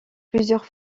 plusieurs